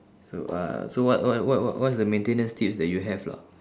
so uh so what what what what what's the maintenance tips that you have lah